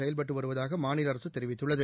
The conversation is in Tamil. செயல்பட்டு வருவதாக மாநில அரசு தெரிவித்துள்ளது